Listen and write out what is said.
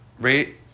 rate